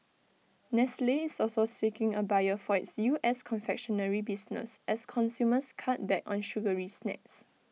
nestle is also seeking A buyer for its U S confectionery business as consumers cut back on sugary snacks